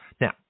Now